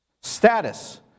status